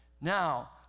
Now